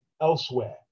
elsewhere